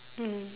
mmhmm